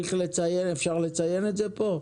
אפשר לציין את זה כאן?